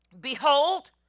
Behold